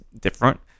different